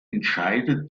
entscheidet